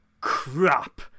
crap